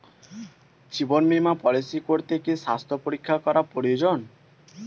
জীবন বীমা পলিসি করতে কি স্বাস্থ্য পরীক্ষা করা প্রয়োজন?